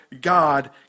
God